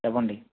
చెప్పండి